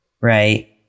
right